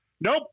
nope